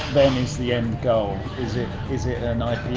is the end goal, is it, is it an